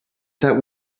that